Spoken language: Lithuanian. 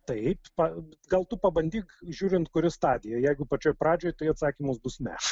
taip pa gal tu pabandyk žiūrint kuri stadija jeigu pačioj pradžioj tai atsakymas bus ne